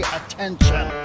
attention